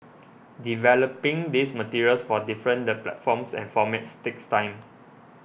developing these materials for different the platforms and formats takes time